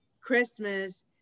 Christmas